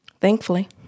Thankfully